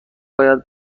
باید